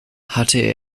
hatte